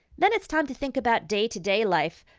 then it's time to think about day-to-day life.